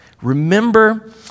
Remember